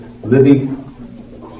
living